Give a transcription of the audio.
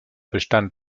bestand